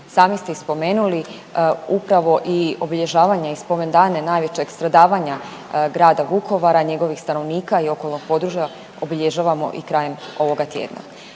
Sami ste spomenuli, upravo i obilježavanje i spomendane najvećeg stradavanja grada Vukovara, njegovih stanovnika i okolnog .../Govornik se ne razumije./... obilježavamo i krajem ovoga tjedna.